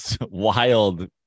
wild